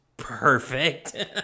Perfect